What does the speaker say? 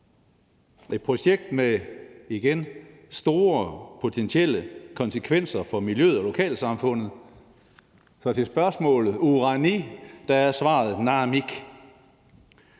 et projekt med, igen, potentielt store konsekvenser for miljøet og lokalsamfundet. Så til spørgsmålet »urani« er svaret: